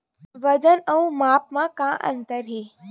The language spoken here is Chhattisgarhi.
वजन अउ माप म का अंतर हे?